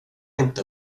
inte